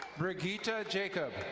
brigeta jacob.